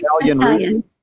Italian